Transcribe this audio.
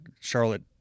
Charlotte